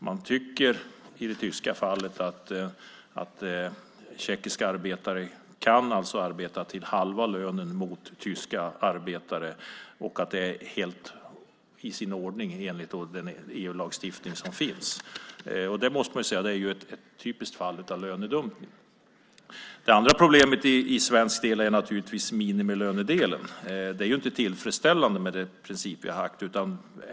Man tycker i det tyska fallet att en tjeckisk arbetare kan arbeta till halva lönen jämfört med tyska arbetare och att det är helt i sin ordning enligt den EU-lagstiftning som finns. Det måste man säga är ett typiskt fall av lönedumpning. Det andra problemet för svensk del är naturligtvis detta med minimilön. Det är ju inte tillfredsställande med den princip som vi har haft.